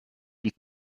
die